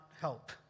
help